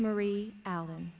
marie alan